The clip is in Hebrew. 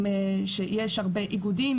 שיש הרבה איגודים,